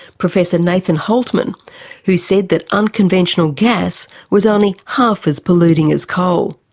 professor nathan hultman who said that unconventional gas was only half as polluting as coal.